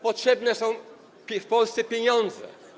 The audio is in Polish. Potrzebne są w Polsce pieniądze.